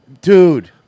dude